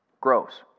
grows